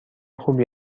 خوبی